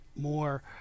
more